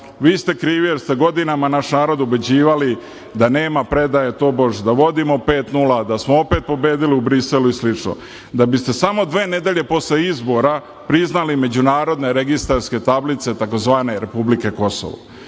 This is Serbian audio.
Vi ste krivi jer ste godinama naš narod ubeđivali da nema predaje, tobož, da vodimo pet-nula, da smo opet pobedili u Briselu i slično. Da biste samo dve nedelje posle izbora priznali međunarodne registarske tablice tzv. republike Kosovo.